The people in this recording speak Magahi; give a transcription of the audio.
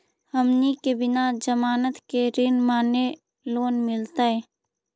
हमनी के बिना जमानत के ऋण माने लोन मिलतई?